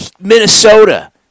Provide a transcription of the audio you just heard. Minnesota